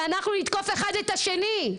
שאנחנו נקוף אחד את השני,